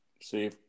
see